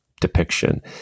depiction